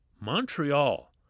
Montreal